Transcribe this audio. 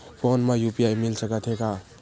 Phone मा UPI मिल सकत हे का?